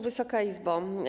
Wysoka Izbo!